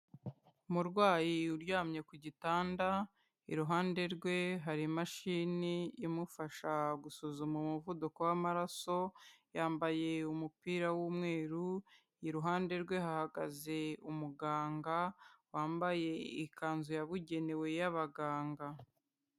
Umurwayi uryamye ku gitanda, iruhande rwe hari imashini imufasha gusuzuma umuvuduko w'amaraso, yambaye umupira w'umweru, iruhande rwe hahagaze umuganga, wambaye ikanzu yabugenewe y'abaganga.